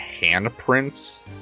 handprints